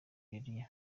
nigeria